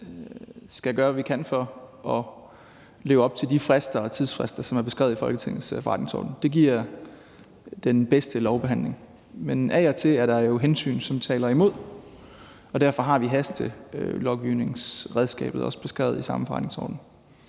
skal gøre, hvad vi kan, for at leve op til de tidsfrister, som er beskrevet i Folketingets forretningsorden. Det giver den bedste lovbehandling. Men af og til er der jo hensyn, som taler imod, og derfor har vi også hastelovgivningsredskabet beskrevet i samme forretningsorden.